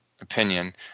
opinion